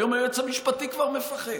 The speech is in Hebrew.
היום היועץ המשפטי כבר מפחד.